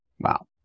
Wow